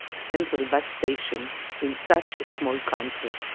central bus station in such a small country,